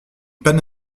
panne